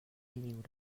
lliure